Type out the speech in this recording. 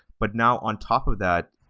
but now, on top of that,